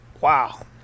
Wow